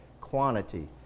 quantity